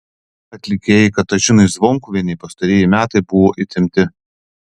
atlikėjai katažinai zvonkuvienei pastarieji metai buvo įtempti